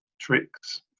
tricks